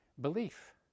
belief